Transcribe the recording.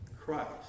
Christ